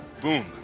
boom